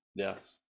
Yes